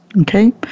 Okay